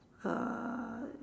uh